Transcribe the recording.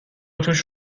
توش